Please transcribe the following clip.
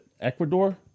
Ecuador